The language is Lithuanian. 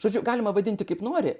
žodžiu galima vadinti kaip nori